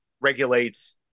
regulates